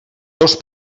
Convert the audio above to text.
dos